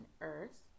Earth